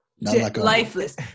Lifeless